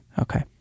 okay